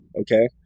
okay